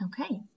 okay